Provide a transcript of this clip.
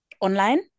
online